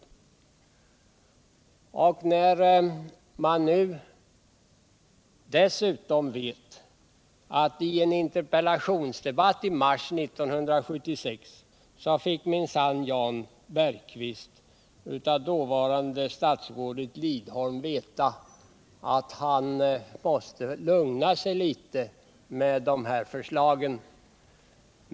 Nu vet vi att i en interpellationsdebatt i mars 1976 fick minsann Jan Bergqvist av dåvarande statsrådet Lidholm veta att han måste lugna sig litet med de här förslagen.